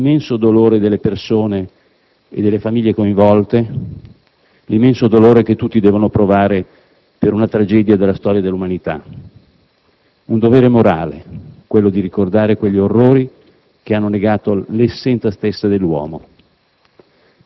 l'immenso dolore delle persone e delle famiglie coinvolte, l'immenso dolore che tutti devono provare per una tragedia della storia dell'umanità. Un dovere morale, quello di ricordare quegli orrori che hanno negato l'essenza stessa dell'uomo.